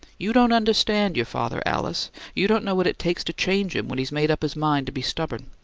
you don't understand your father, alice you don't know what it takes to change him when he's made up his mind to be stubborn.